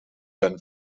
then